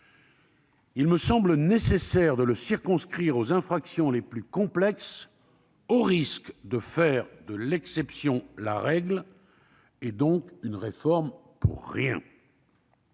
Il me semble nécessaire de le circonscrire aux infractions les plus complexes au risque de faire de l'exception la règle et, donc, une réforme pour rien